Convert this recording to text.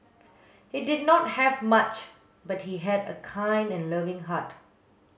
he did not have much but he had a kind and loving heart